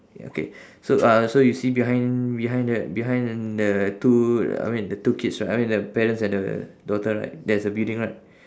ya K so uh so you see behind behind the behind the two uh I mean the two kids right I mean the parents and the daughter right there's a building right